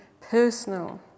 personal